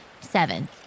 Seven